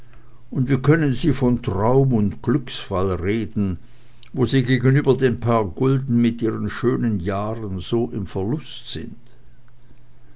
und wie können sie von traum und glücksfall reden wo sie gegenüber den paar gulden mit ihren schönen jahren so im verluste sind